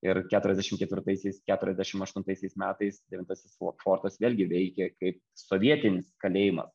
ir keturiasdešim ketvirtaisiais keturiasdešim aštuntaisiais metais devintasis fortas vėlgi veikė kaip sovietinis kalėjimas